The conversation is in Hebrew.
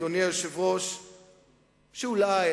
שאולי,